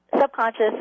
subconscious